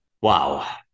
Wow